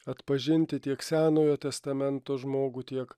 atpažinti tiek senojo testamento žmogų tiek